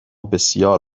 بسیار